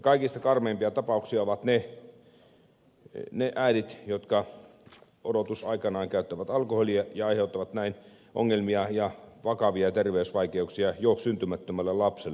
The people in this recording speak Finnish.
kaikista karmeimpia tapauksia ovat ne äidit jotka odotusaikanaan käyttävät alkoholia ja aiheuttavat näin ongelmia ja vakavia terveysvaikeuksia jo syntymättömälle lapselle